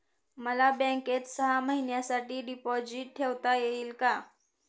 मला बँकेत सहा महिन्यांसाठी डिपॉझिट ठेवता येईल का?